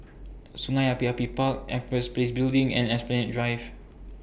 Sungei Api Api Park Empress Place Building and Esplanade Drive